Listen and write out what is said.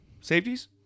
Safeties